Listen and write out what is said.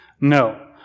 No